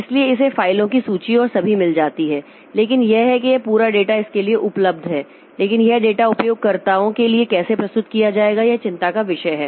इसलिए इसे फ़ाइलों की सूची और सभी मिल जाती है लेकिन यह है कि यह पूरा डेटा इसके लिए उपलब्ध है लेकिन यह डेटा उपयोगकर्ताओं के लिए कैसे प्रस्तुत किया जाएगा यह चिंता का विषय है